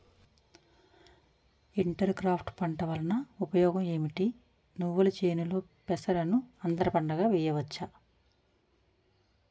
Inter crops పంట వలన ఉపయోగం ఏమిటి? నువ్వుల చేనులో పెసరను అంతర పంటగా వేయవచ్చా?